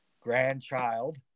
grandchild